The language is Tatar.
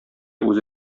үзе